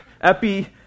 Epi